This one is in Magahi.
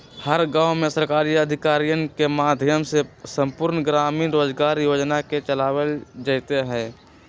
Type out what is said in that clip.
हर गांव में सरकारी अधिकारियन के माध्यम से संपूर्ण ग्रामीण रोजगार योजना के चलावल जयते हई